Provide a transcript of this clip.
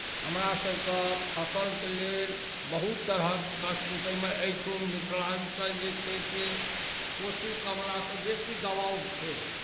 हमरासभकेँ फसलके लेल बहुत तरहक कष्ट ताहिमे एहिठुन मिथलाञ्चलके जे छै से कोशी कमलासँ बेसी दबाव छै